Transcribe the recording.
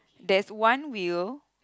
there's one wheel